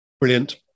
brilliant